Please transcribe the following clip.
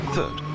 Third